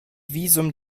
visum